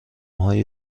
های